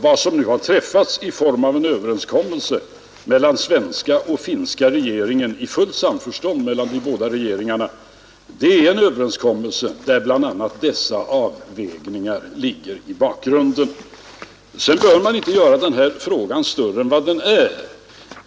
Vad som har beslutats i form av en överenskommelse mellan svenska och finska regeringarna, i fullt samförstånd mellan de båda regeringarna, är en överenskommelse där bl.a. dessa avvägningar ligger i bakgrunden. Man bör inte göra den här frågan större än vad den är.